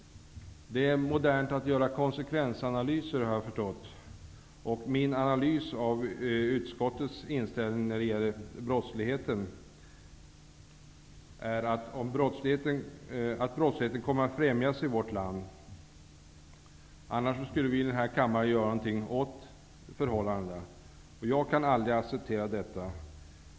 Det är modernt att göra konsekvensanalyser, och min analys av utskottets inställning till brottsligheten visar att brottsligheten kommer att främjas i vårt land. Annars skulle vi i denna kammare göra något åt förhållandena. Jag kan aldrig acceptera detta.